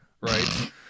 Right